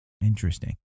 Interesting